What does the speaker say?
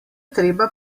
treba